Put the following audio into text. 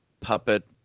puppet